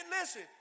Listen